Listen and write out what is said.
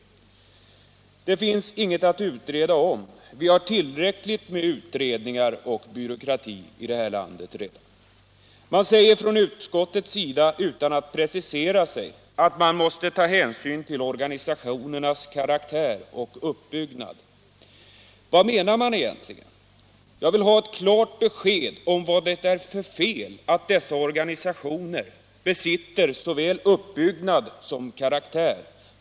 Enligt min mening finns det dock ingenting att utreda. Vi har tillräckligt med utredningar och byråkrati i det här landet. Utan att precisera sig anför utskottet att man måste ta hänsyn till organisationernas karaktär och uppbyggnad. Vad menar man egentligen? Jag vill ha ett klart besked om vad det är för fel att dessa organisationer besitter såväl uppbyggnad som karaktär.